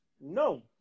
no